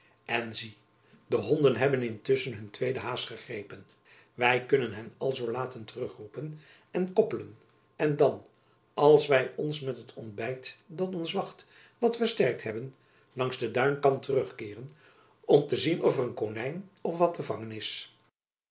en zie de honden hebben intusschen hun tweede haas gegrepen wy kunnen hen alzoo laten terugroepen en koppelen en dan als wy ons met het ontbijt dat ons wacht wat versterkt hebben langs den duinkant terug keeren om te zien of er een konijn of wat te vangen